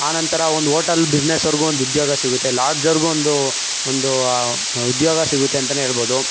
ಆನಂತರ ಒಂದು ಹೋಟೆಲ್ ಬಿಸ್ನೆಸ್ಸವ್ರಿಗೂ ಒಂದು ಉದ್ಯೋಗ ಸಿಗುತ್ತೆ ಲಾಡ್ಜವ್ರಿಗೂ ಒಂದು ಒಂದು ಉದ್ಯೋಗ ಸಿಗುತ್ತೆ ಅಂತನೇ ಏಳ್ಬೋದು